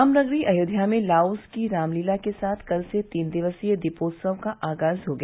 रामनगरी अयोध्या में लाओस की रामलीला के साथ कल से तीन दिवसीय दीपोत्सव का आगाज हो गया